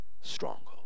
stronghold